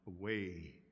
away